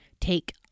Take